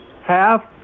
half